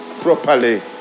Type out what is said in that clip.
properly